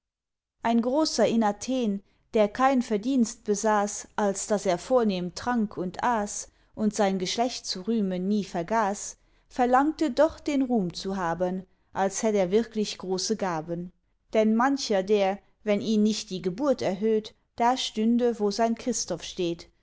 ein großer in athen der kein verdienst besaß als daß er vornehm trank und aß und sein geschlecht zu rühmen nie vergaß verlangte doch den ruhm zu haben als hätt er wirklich große gaben denn mancher der wenn ihn nicht die geburt erhöht da stünde wo sein christoph steht